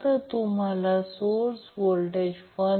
तर तोच करंट येथे वाहतो